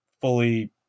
fully